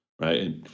right